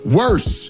worse